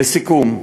לסיכום,